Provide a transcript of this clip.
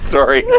Sorry